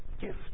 gift